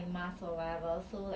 mandatory by the state